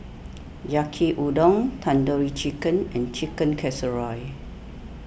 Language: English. Yaki Udon Tandoori Chicken and Chicken Casserole